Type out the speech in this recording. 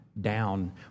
down